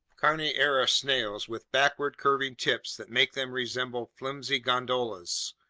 carniaira snails with backward-curving tips that make them resemble flimsy gondolas,